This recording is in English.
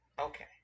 okay